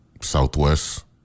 Southwest